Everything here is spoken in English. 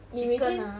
chicken ah